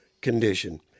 condition